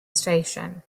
station